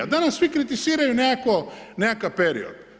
A danas svi kritiziraju nekakav period.